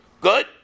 Good